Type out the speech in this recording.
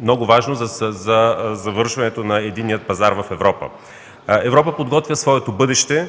много важно за завършването на единния пазар в Европа. Европа подготвя своето бъдеще.